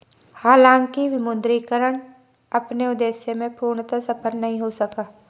हालांकि विमुद्रीकरण अपने उद्देश्य में पूर्णतः सफल नहीं हो सका